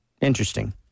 Interesting